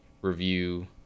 review